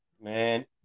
Man